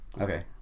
Okay